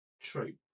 True